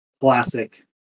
Classic